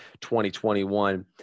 2021